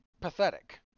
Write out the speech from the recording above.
pathetic